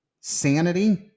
Sanity